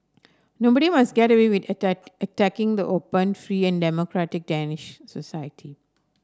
nobody must get away with attack attacking the open free and democratic Danish society